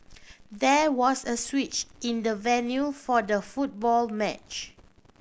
there was a switch in the venue for the football match